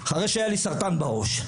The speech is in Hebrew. אחרי שהיה לי סרטן בראש.